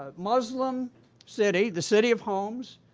ah muslim city, the city of homs,